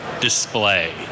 display